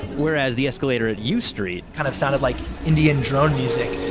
whereas the escalator at u street kind of sounded like indian drone music